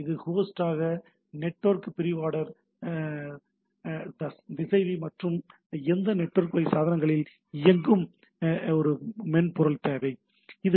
இது host network printer திசைவி மற்றும் அல்லது எந்த நெட்வொர்க் வகை சாதனங்களிலும் இயங்கும் ஒரு மென்பொருள் ஆகும்